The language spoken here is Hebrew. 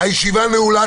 הישיבה נעולה.